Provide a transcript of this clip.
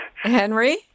Henry